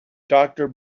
doctor